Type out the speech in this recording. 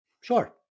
Sure